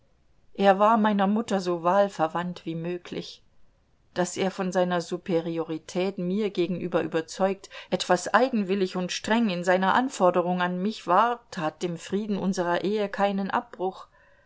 er war meiner mutter so wahlverwandt wie möglich daß er von seiner superiorität mir gegenüber überzeugt etwas eigenwillig und streng in seiner anforderung an mich war tat dem frieden unserer ehe keinen abbruch